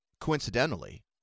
coincidentally